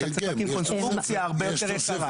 צריך להקים קונסטרוקציה הרבה יותר יקרה.